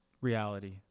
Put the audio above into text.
reality